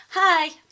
Hi